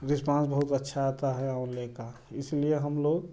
response बहुत अच्छा आता है आंवले का इसलिए हम लोग